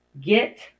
Get